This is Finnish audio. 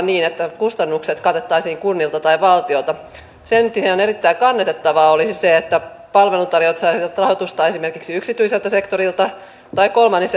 niin että kustannukset katettaisiin kunnilta tai valtiolta sen sijaan erittäin kannatettavaa olisi se että palveluntarjoajat saisivat rahoitusta esimerkiksi yksityiseltä sektorilta tai myös kolmannen